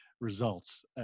results